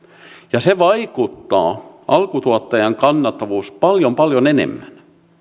ja se vaikuttaa alkutuottajan kannattavuuteen paljon paljon enemmän